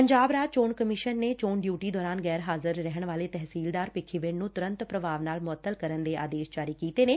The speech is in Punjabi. ਪੰਜਾਬ ਰਾਜ ਚੋਣ ਕਮਿਸ਼ਨ ਨੇ ਚੋਣ ਡਿਉਟੀ ਦੌਰਾਨ ਗੈਰ ਹਾਜਿਰ ਰਹਿਣ ਵਾਲੇ ਤਹਿਸੀਲਦਾਰ ਭਿੱਖੀਵਿੰਡ ਨੂੰ ਤੁਰੰਤ ਪ੍ਰਭਾਵ ਨਾਲ ਮੁੱਤਲ ਕਰਨ ਦੇ ਆਦੇਸ਼ ਜਾਰੀ ਕੀਤੇ ਨੇ